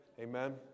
Amen